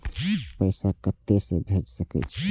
पैसा कते से भेज सके छिए?